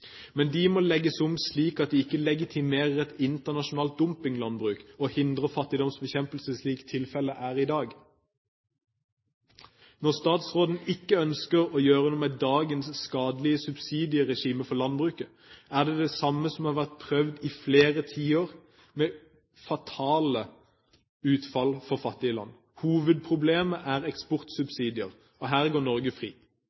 Men de må legges om slik at de ikke legitimerer et internasjonalt dumpinglandbruk og hindrer fattigdomsbekjempelse, slik tilfellet er i dag. Når statsråden ikke ønsker å gjøre noe med dagens skadelige subsidieregime for landbruket, er det det samme som har vært prøvd i flere tiår, med fatale utfall for fattige land. Hovedproblemet er eksportsubsidier, og her går Norge fri.